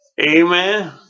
Amen